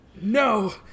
No